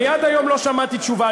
אני עד היום לא שמעתי תשובה,